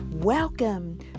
Welcome